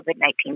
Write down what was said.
COVID-19